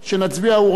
להצביע.